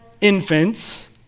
infants